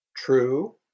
True